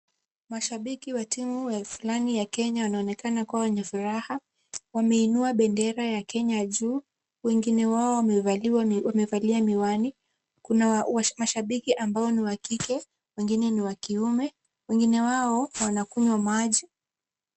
Mashabiki wa timu fulani ya Kenya wanaonekana kuwa wenye furaha. Wameinua bendera ya Kenya juu. Wengine wao wamevalia miwani. Kuna mashabiki ambao ni wa kike wengine ni wa kiume. Wengine wao wanakunywa maji.